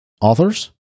authors